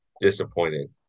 disappointed